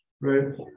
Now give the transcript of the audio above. right